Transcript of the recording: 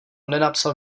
nenapsal